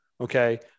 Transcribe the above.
okay